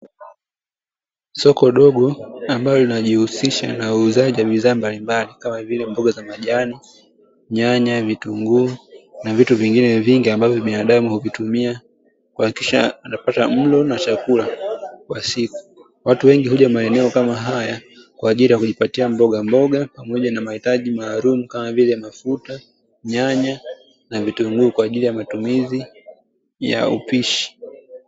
Soko dogo ambalo linajihusisha na uzaaji wa bidhaa mbalimbali kama vile: mboga za majani, nyanya na vitunguu, na vitu vingine vingi; ambavyo binadamu huvitumia kuhakikisha anapata mlo na chakula kwa siku. Watu wengi huja maeneo kama haya kwa ajili ya kujipatia mbogamboga pamoja na mahitaji maalumu kama vile: mafuta, nyanya na vitunguu; kwa ajili ya matumizi ya upishi .